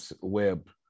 web